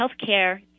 healthcare